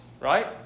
right